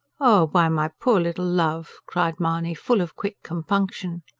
why, my poor little love! cried mahony, full of quick compunction.